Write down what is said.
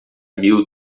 mil